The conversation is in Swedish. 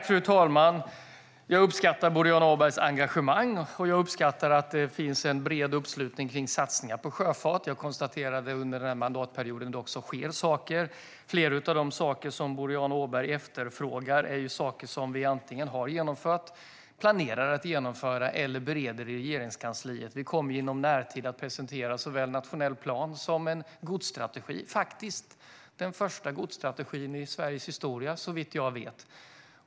Fru talman! Jag uppskattar Boriana Åbergs engagemang, och jag uppskattar att det finns en bred uppslutning kring satsningar på sjöfart. Jag konstaterar att det under den här mandatperioden också sker saker. Flera av de saker som Boriana Åberg efterfrågar är saker som vi antingen har genomfört, planerar att genomföra eller bereder i Regeringskansliet. Vi kommer i närtid att presentera såväl en nationell plan som en godsstrategi - faktiskt den första godsstrategin i Sveriges historia såvitt jag vet.